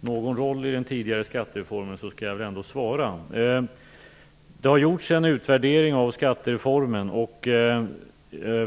någon roll i den tidigare skattereformen, skall jag väl ändå svara på frågan. Det har gjorts en utvärdering av skattereformen.